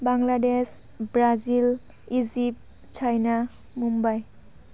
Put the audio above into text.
Bangladesh Brazil Egypt China Mumbai